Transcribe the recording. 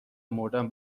مردن